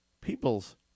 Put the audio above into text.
people's